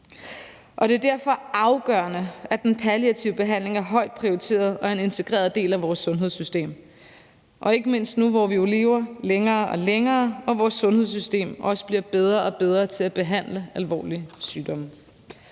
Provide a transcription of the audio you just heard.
og det er derfor afgørende, at den palliative behandling er højt prioriteret, og at den er en integreret del af vores sundhedssystem, og ikke mindst nu, hvor vi jo lever længere og længere, og vores sundhedssystem også bliver bedre og bedre til at behandle alvorlige sygdomme.